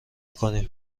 کنیم